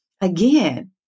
Again